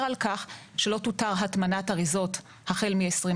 על כך שלא תותר הטמנת אריזות החל מ-2020,